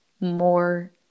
more